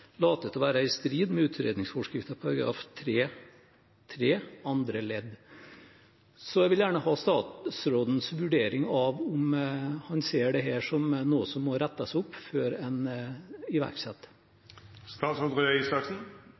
være i strid med utredningsforskriften § 3-3 andre ledd. Jeg vil gjerne ha statsrådens vurdering av om han ser dette som noe som må rettes opp før en